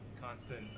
constant